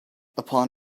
upon